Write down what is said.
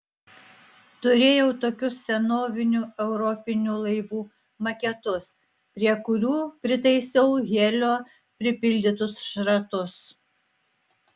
turėjau tokius senovinių europinių laivų maketus prie kurių pritaisiau helio pripildytus šratus